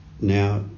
Now